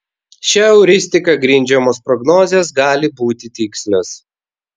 šia euristika grindžiamos prognozės gali būti tikslios